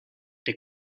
der